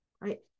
right